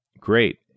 Great